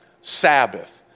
Sabbath